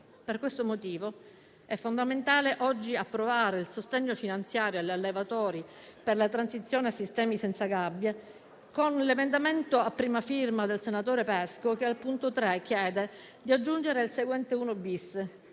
Per questo motivo è fondamentale oggi approvare il sostegno finanziario agli allevatori per la transizione a sistemi senza gabbie, con l'emendamento a prima firma del senatore Pesco, che al punto 3 chiede di aggiungere l'articolo 1-*bis*